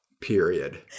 period